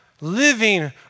living